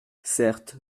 certes